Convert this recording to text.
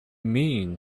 mean